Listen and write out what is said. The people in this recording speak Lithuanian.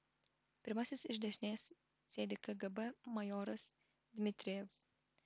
pirmasis iš dešinės sėdi kgb majoras dmitrijev